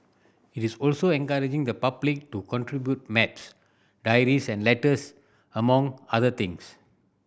it is also encouraging the public to contribute maps diaries and letters among other things